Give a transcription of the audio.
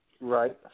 Right